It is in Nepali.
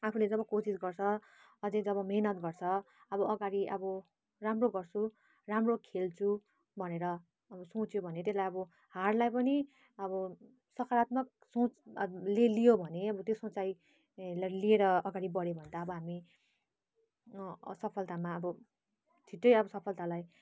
आफूले जब कोसिस गर्छ अझै जब मिहिनेत गर्छ अब अगाडि अब राम्रो गर्छु राम्रो खेल्छु भनेर अब सोच्यो भने त्यसलाई अब हारलाई पनि अब सकारात्मक सोचले अब लियो भने अब त्यो सोचाइलाई लिएर अगाडि बढ्यो भने त अब हामी असफलतामा अब छिट्टै अब सफलतालाई